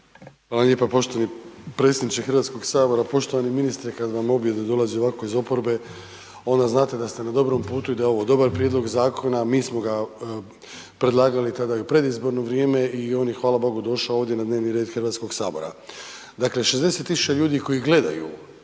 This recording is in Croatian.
Hvala lijepo poštovani predsjedniče HS-a. Poštovani ministre. Kada vam objede dolaze ovako iz oporbe onda znate da ste na dobrom putu i da je ovo dobar prijedlog zakona. Mi smo ga predlagali tada i u predizborno vrijeme i on je hvala Bogu došao ovdje na dnevni red HS-a. Dakle, 60.000 ljudi koji gledaju